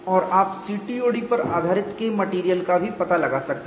और आप CTOD पर आधारित Kmat का भी पता लगा सकते हैं